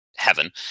heaven